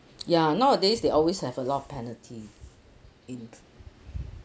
ya nowadays they always have a lot of penalty